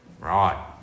Right